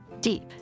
deep